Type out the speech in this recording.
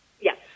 Yes